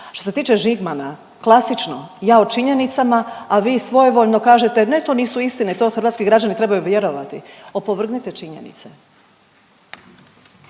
što se tiče Žigmana, klasično, ja o činjenicama, a vi svojevoljno kažete ne to nisu istine, to hrvatski građani trebaju vjerovati. Opovrgnite činjenice.